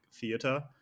theater